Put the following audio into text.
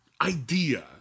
idea